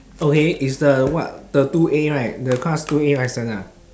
okay is the what the two A right the class two A licence ah